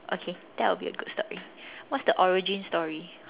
okay that would be a good story what's the origin story